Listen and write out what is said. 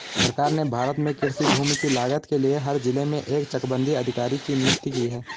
सरकार ने भारत में कृषि भूमि की लागत के लिए हर जिले में एक चकबंदी अधिकारी की नियुक्ति की है